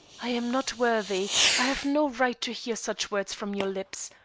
i am not worthy i have no right to hear such words from your lips.